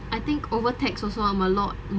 I think over text also I'm a lot